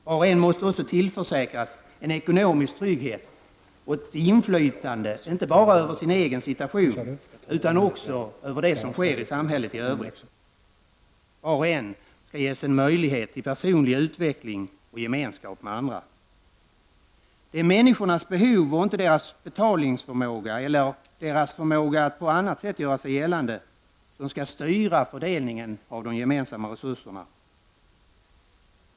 Var och en måste också tillförsäkras en ekonomisk trygghet och ett inflytande, inte bara över sin egen situation utan också över det som sker i samhället i övrigt. Var och en skall ges möjlighet till personlig utveckling och gemenskap med andra. Det är människornas behov och inte deras betalningsförmåga eller deras förmåga att på annat sätt göra sig gällande som skall styra fördelningen av de gemensamma resurserna.